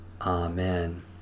Amen